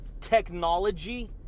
technology